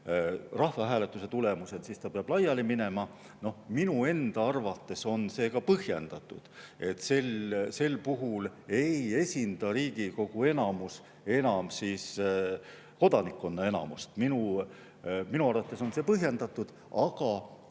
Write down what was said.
rahvahääletuse tulemused, siis ta peab laiali minema. Minu arvates on see ka põhjendatud, sest sel puhul ei esinda Riigikogu enamus enam kodanikkonna enamust. Minu arvates on see põhjendatud. Aga